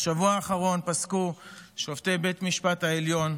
בשבוע האחרון פסקו שופטי בית המשפט העליון,